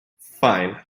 fine